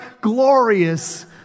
Glorious